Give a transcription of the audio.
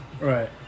Right